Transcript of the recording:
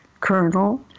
colonel